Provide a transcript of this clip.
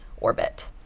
orbit